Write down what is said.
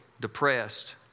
depressed